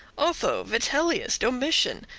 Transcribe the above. otho, vitellius, domitian,